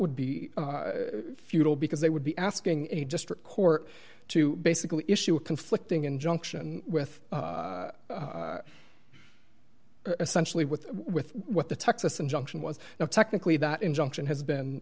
would be futile because they would be asking a district court to basically issue a conflicting injunction with essentially with with what the texas injunction was now technically that injunction has been